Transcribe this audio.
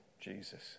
Jesus